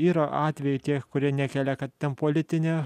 yra atvejų tie kurie nekelia kad ten politinė